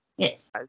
Yes